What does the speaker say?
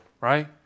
right